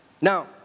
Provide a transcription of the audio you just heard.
Now